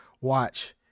watch